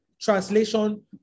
Translation